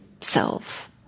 self